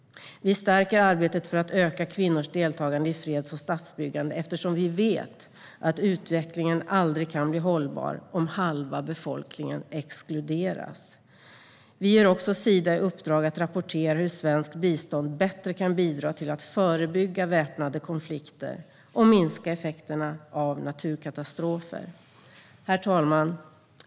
Vi stärker arbetet för att öka kvinnors deltagande i freds och statsbyggande eftersom vi vet att utvecklingen aldrig kan bli hållbar om halva befolkningen exkluderas. Vi ger också Sida i uppdrag att rapportera om hur svenskt bistånd bättre kan bidra till att förebygga väpnade konflikter och minska effekterna av naturkatastrofer. Herr talman!